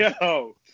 Yo